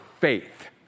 faith